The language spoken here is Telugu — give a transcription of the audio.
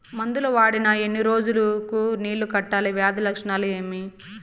మందులు వాడిన ఎన్ని రోజులు కు నీళ్ళు కట్టాలి, వ్యాధి లక్షణాలు ఏమి?